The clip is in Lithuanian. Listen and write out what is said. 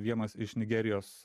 vienas iš nigerijos